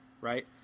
right